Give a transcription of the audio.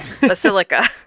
Basilica